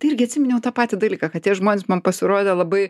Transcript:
tai irgi atsiminiau tą patį dalyką kad tie žmonės man pasirodė labai